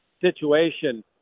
situation